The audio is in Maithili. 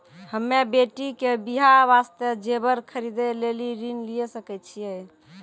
हम्मे बेटी के बियाह वास्ते जेबर खरीदे लेली ऋण लिये सकय छियै?